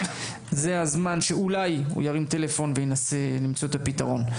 זה הזמן שאולי הוא ירים טלפון וינסה למצוא פתרון.